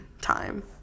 time